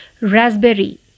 raspberry